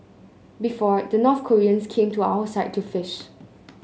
before the North Koreans came to our side to fish